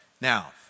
Now